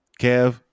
Kev